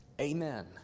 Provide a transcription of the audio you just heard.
amen